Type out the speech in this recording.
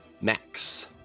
max